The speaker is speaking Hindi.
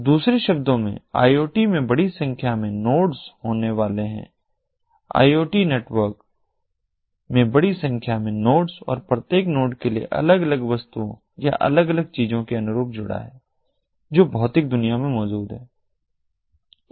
तो दूसरे शब्दों में आई ओ टी में बड़ी संख्या में नोड्स होने वाले हैं आई ओ टी इंटरनेटवर्क में बड़ी संख्या में नोड्स और प्रत्येक नोड के लिए अलग अलग अलग वस्तुओं या अलग अलग चीजों के अनुरूप जुड़ा होता है जो भौतिक दुनिया में मौजूद हैं